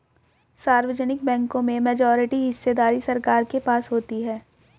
सार्वजनिक बैंकों में मेजॉरिटी हिस्सेदारी सरकार के पास होती है